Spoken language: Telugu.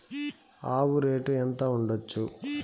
ఆవు రేటు ఎంత ఉండచ్చు?